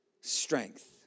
strength